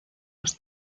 los